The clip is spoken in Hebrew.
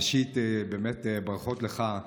ראשית, באמת, ברכות לך,